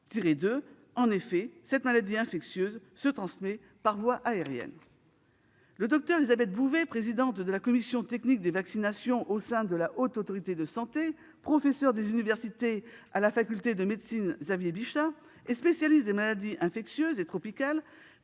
En effet, cette maladie infectieuse se transmet par voie aérienne. Le docteur Élisabeth Bouvet, présidente de la commission technique des vaccinations au sein de la Haute Autorité de santé, professeure des universités à la faculté de médecine Xavier-Bichat et spécialiste des maladies infectieuses et tropicales,